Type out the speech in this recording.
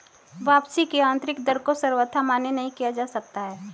वापसी की आन्तरिक दर को सर्वथा मान्य नहीं किया जा सकता है